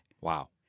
Wow